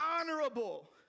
honorable